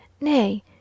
Nay